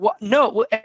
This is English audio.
No